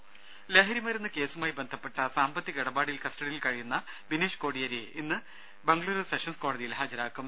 രുര ലഹരി മരുന്ന് കേസുമായി ബന്ധപ്പെട്ട സാമ്പത്തിക ഇടപാടിൽ കസ്റ്റഡിയിൽ കഴിയുന്ന ബിനീഷ് കോടിയേരിയെ ഇന്ന് ബംഗുളൂരു സെഷൻസ് കോടതിയിൽ ഹാജരാക്കും